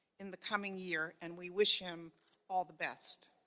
in the coming year, and we wish him all the best.